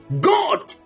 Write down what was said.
God